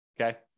Okay